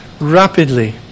rapidly